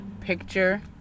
picture